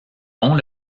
nom